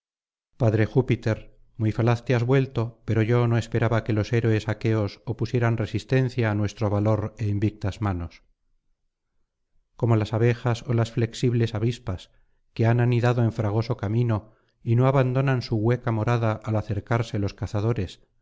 padre júpiter muy falaz te has vuelto pues yo no esperaba que los héroes aqueos opusieran resistencia á nuestro valor é invictas manos como las abejas ó las flexibles avispas que han anidado en fragoso camino y no abandonan su hueca morada al acercarse los cazadores